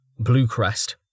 Bluecrest